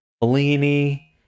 Bellini